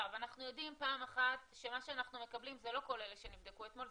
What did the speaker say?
אנחנו יודעים פעם אחת שמה שאנחנו מקבלים זה לא כל אלה שנבדקו אתמול,